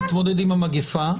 להתמודד עם המגיפה,